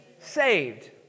saved